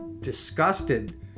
disgusted